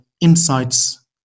insights